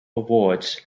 awards